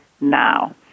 now